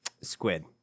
Squid